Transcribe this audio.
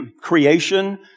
creation